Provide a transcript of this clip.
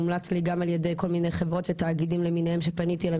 הומלץ לי גם על ידי כל מיני חברות ותאגידים למיניהם שפניתי אליהם